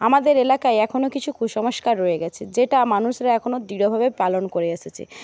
আমাদের এলাকায় এখনো কিছু কুসংস্কার রয়ে গেছে যেটা মানুষরা এখনো দৃঢ়ভাবে পালন করে এসেছে